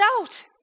out